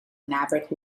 maverick